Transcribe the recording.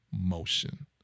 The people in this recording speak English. motion